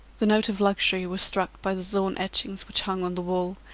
the note of luxury was struck by the zohn etchings which hung on the wall,